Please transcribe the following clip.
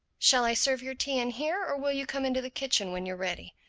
shall i serve your tea in here, or will you come into the kitchen when you're ready?